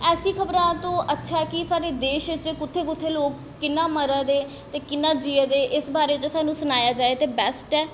ऐसी खबरां तो अच्छा ऐ कि साढ़े देश कुत्थें कुत्थें लोक कि'यां मरा दे ते कि'यां जिया दे इस बारे च सानूं सनाया जाए ते बैस्ट ऐ